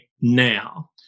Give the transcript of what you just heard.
now